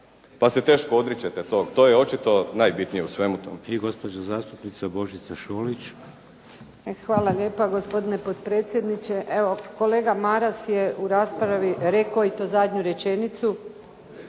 pa se teško odričete toga. To je očito najbitnije u svemu tom.